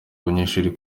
abanyeshuri